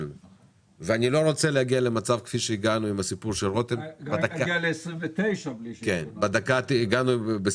אני לא רוצה להגיע למצב כפי שהגענו בסיפור של רותם בדקה ה-90,